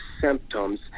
symptoms